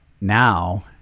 now